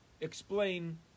explain